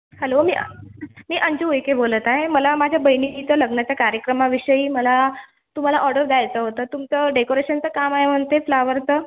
hello मी मी अंजु उइके बोलत आहे मला माझ्या बहिणीचं लग्नाच्या कार्यक्रमाविषयी मला तुम्हाला ऑडर् द्यायचं होतं तुमचं डेकोरेशनचं काम आहे म्हणते फ्लावरचं